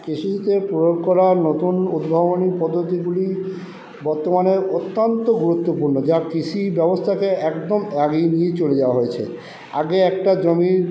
কৃষিতে প্রয়োগ করা নতুন উদ্ভাবনী পদ্ধতিগুলি বর্তমানে অত্যন্ত গুরুত্বপূর্ণ যা কৃষি ব্যবস্থাকে একদম আগিয়ে নিয়ে চলে যাওয়া হয়েছে আগে একটা জমির